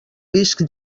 discs